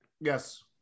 Yes